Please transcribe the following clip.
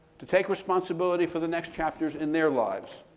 to take responsibility for the next chapters in their lives,